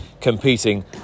competing